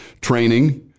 Training